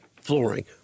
flooring